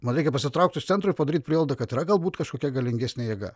man reikia pasitraukti iš centro padaryt prielaidą kad yra galbūt kažkokia galingesnė jėga